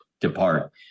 depart